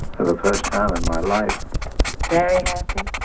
the first time in my life very happy.